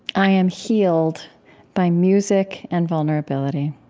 i am healed by music and vulnerability.